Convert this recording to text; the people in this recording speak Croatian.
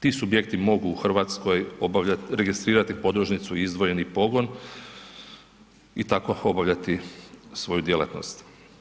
Ti subjekti mogu u Hrvatskoj obavljati, registrirati podružnicu i izdvojeni pogon i tako obavljati svoju djelatnost.